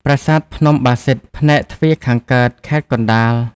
ប្រាសាទភ្នំបាសិទ្ធ (ផ្នែកទ្វារខាងកើត) (ខេត្តកណ្តាល)។